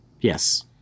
Yes